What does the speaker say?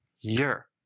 year